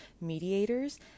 mediators